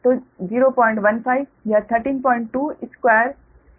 तो 015 यह 1322 MVA base होगा